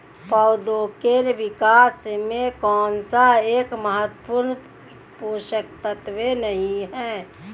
पौधों के विकास में कौन सा एक महत्वपूर्ण पोषक तत्व नहीं है?